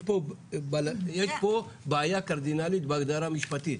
יש פה בעיה קרדינלית בהגדרה משפטית.